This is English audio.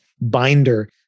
binder